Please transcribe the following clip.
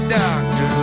doctor